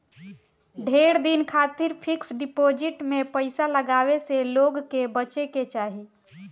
ढेर दिन खातिर फिक्स डिपाजिट में पईसा लगावे से लोग के बचे के चाही